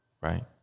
Right